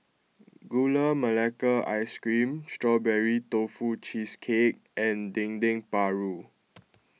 Gula Melaka Ice Cream Strawberry Tofu Cheesecake and Dendeng Paru